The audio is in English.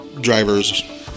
drivers